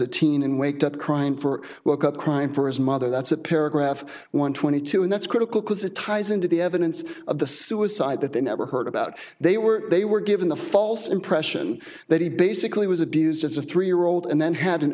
a teen and wake up crying for woke up crying for his mother that's a paragraph one twenty two and that's critical it ties into the evidence of the suicide that they never heard about they were they were given the false impression that he basically was abused as a three year old and then had an